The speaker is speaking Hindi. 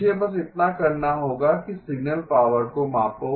मुझे बस इतना करना होगा कि सिग्नल पावर को मापो